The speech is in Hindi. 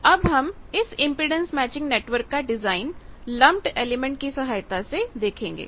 तो अब हम इस इंपेडेंस मैचिंग नेटवर्क का डिजाइन लम्पड एलिमेंट की सहायता से देखेंगे